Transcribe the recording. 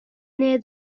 near